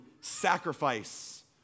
sacrifice